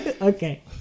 okay